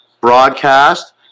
broadcast